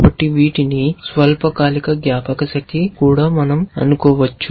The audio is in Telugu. కాబట్టి వీటిని స్వల్పకాలిక జ్ఞాపకశక్తిగా కూడా మనం అనుకోవచ్చు